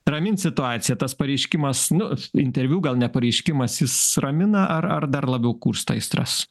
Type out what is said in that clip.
ramint situaciją tas pareiškimas nu interviu gal nepareiškimas jis ramina ar ar dar labiau kursto aistras